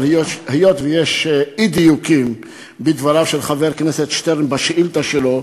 אבל היות שיש אי-דיוקים בדבריו של חבר הכנסת שטרן בשאילתה שלו,